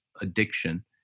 addiction